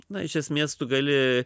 na iš esmės tu gali